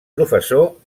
professor